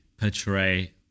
portray